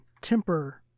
temper